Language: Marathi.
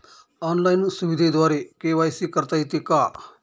ऑनलाईन सुविधेद्वारे के.वाय.सी करता येते का?